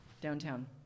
Downtown